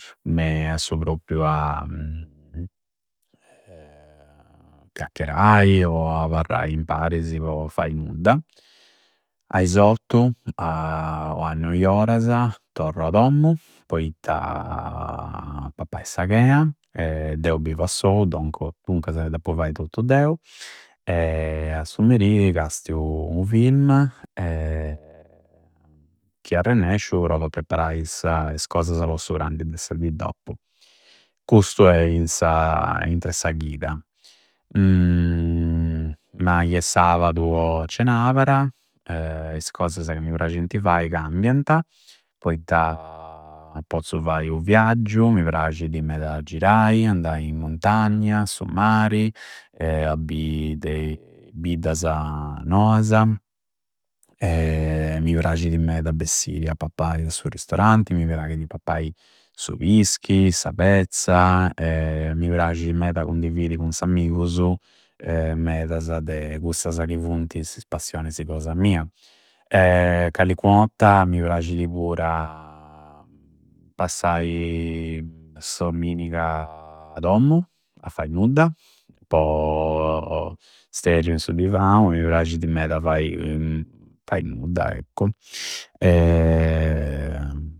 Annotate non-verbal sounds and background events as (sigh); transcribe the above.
Me a su propriu a (hesitation) chiacchierai o abarrai imparisi po fai nudda. A is ottu (hesitation) o a noi orasa torru a dommu poitta a pappai sa chea. Deu bivu assou doncu, duncasa deppu fai tottu deu (hesitation) A su meri casiu u film (hesitation) chi arrennesciu provu a preparai is casasa po su prandi de sa di doppu. Custu è aintra e sa chida. (hesitation) Ma chi è sabadu o cenabara is cosasa ca mi prascinti fai cambianta poitta pozzu fai u viaggiu, mi prascidi meda girai, andai in montagna, a su mari (hesitation) a bi de biddasa noasa. (hesitation) Mi prascidi meda bessi a paapai a su ristoranti, mi praghidi pappai su pischi, sa pezza (hesitation) mi psci meda cundividi cu s'amigusu medasa de cussasa ca funti is passionisi cosa mia. (hesitation) callincu otta mi prascidi pura (hesitation) passai s'omminiga a dommu a fai nudda po (hesitation) sterriu in su divau, mi prascidi meda fai, fai nudda eccu (hesitation)